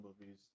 movies